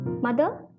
Mother